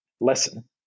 lesson